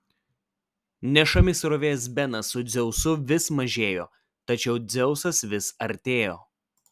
nešami srovės benas su dzeusu vis mažėjo tačiau dzeusas vis artėjo